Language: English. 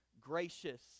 gracious